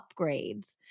upgrades